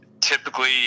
typically